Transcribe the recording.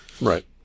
Right